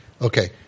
Okay